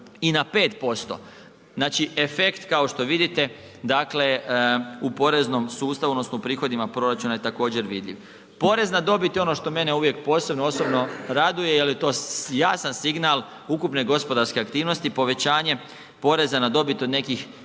i na 5%. Znači efekt kao što vidite dakle u poreznom sustavu odnosno u prihodima proračuna je također vidljiv. Porez na dobit je ono što mene uvijek posebno osobno raduje jer je to jasan signal ukupne gospodarske aktivnosti, povećanje poreza na dobit od nekih